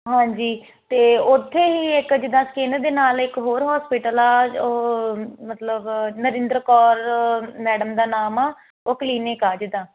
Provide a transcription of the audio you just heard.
ਹਾਂਜੀ ਤੇ ਉੱਥੇ ਹੀ ਇੱਕ ਜਿੱਦਾਂ ਸਕਿਨ ਦੇ ਨਾਲ ਇੱਕ ਹੋਰ ਹੋਸਪੀਟਲ ਆ ਮਤਲਬ ਨਰਿੰਦਰ ਕੌਰ ਮੈਡਮ ਦਾ ਨਾਮ ਆ ਉਹ ਕਲੀਨਿਕ ਆ ਜਿਦਾਂ